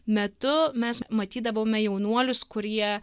metu mes matydavome jaunuolius kurie